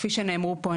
כפי שנאמרו פה,